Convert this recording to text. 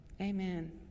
Amen